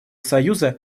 союза